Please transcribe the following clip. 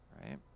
Right